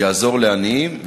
יעזור לעניים,